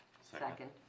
Second